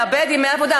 לאבד ימי עבודה,